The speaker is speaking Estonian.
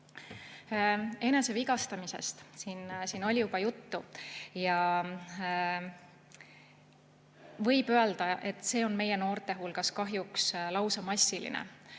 Enesevigastamisest siin oli juba juttu ja võib öelda, et see on meie noorte hulgas kahjuks lausa massiline.